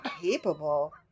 capable